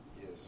Yes